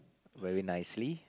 very nicely